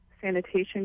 sanitation